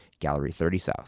Gallery30South